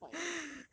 !wah! 你很坏 eh